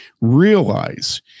realize